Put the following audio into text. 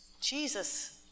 Jesus